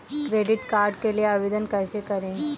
Credit card के लिए आवेदन कैसे करें?